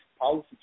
policy